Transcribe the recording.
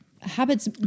Habits